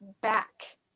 back